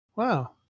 wow